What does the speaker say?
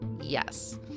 yes